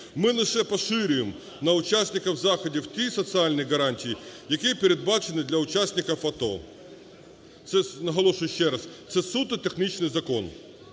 Ми лише поширюємо на учасників заходів ті соціальні гарантії, які передбачені для учасників АТО. Це, наголошую ще раз, це суто технічний закон.